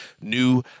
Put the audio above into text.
new